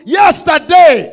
yesterday